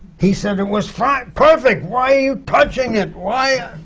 he said, it was fine, perfect! why touching it? why?